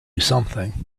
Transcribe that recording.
something